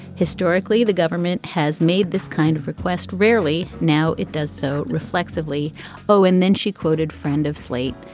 historically the government has made this kind of request rarely now it does so reflexively bow and then she quoted friend of slate.